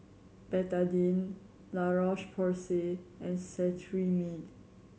Betadine La Roche Porsay and Cetrimide